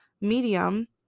medium